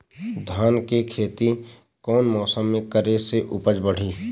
धान के खेती कौन मौसम में करे से उपज बढ़ी?